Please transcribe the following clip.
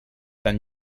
tan